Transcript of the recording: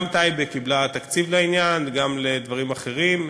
גם טייבה קיבלה תקציב לעניין, גם לדברים אחרים.